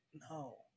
no